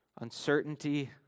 uncertainty